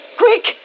Quick